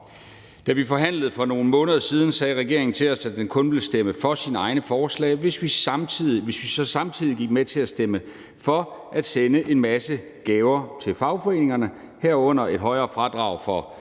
Da vi forhandlede for nogle måneder siden, sagde regeringen til os, at den kun ville stemme for sine egne forslag, hvis vi så samtidig gik med til at stemme for at sende en masse gaver til fagforeningerne, herunder et højere fradrag for